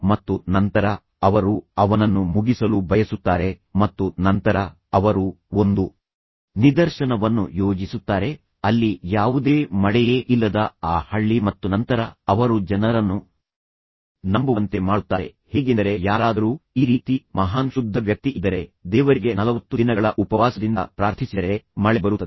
ಮತ್ತು ನಂತರ ಅವರು ಅವನನ್ನು ಮುಗಿಸಲು ಬಯಸುತ್ತಾರೆ ಮತ್ತು ನಂತರ ಅವರು ಒಂದು ನಿದರ್ಶನವನ್ನು ಯೋಜಿಸುತ್ತಾರೆ ಅಲ್ಲಿ ಯಾವುದೇ ಮಳೆಯೇ ಇಲ್ಲದ ಆ ಹಳ್ಳಿ ಮತ್ತು ನಂತರ ಅವರು ಜನರನ್ನು ನಂಬುವಂತೆ ಮಾಡುತ್ತಾರೆ ಹೇಗೆಂದರೆ ಯಾರಾದರೂ ಈ ರೀತಿ ಮಹಾನ್ ಶುದ್ಧ ವ್ಯಕ್ತಿ ಇದ್ದರೆ ದೇವರಿಗೆ 40 ದಿನಗಳ ಉಪವಾಸದಿಂದ ಪ್ರಾರ್ಥಿಸಿದರೆ ಮಳೆ ಬರುತ್ತದೆ